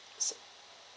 so